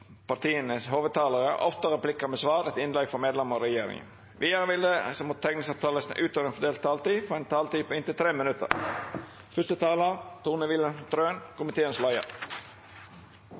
partia og åtte replikkar med svar etter innlegg frå medlemer av regjeringa. Vidare vil dei som måtte teikna seg på talarlista utover den fordelte taletida, få ei taletid på inntil